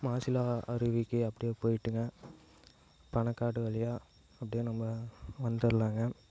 மாசிலா அருவிக்கு அப்படியே போய்டுங்க பனக்காடு வழியாக அப்படியே நம்ம வந்துடலாங்க